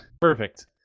perfect